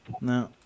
No